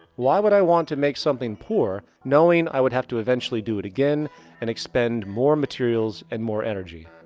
why would i want to make something poor knowing i would have to eventually do it again and expend more materials and more energy?